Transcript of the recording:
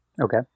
Okay